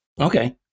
okay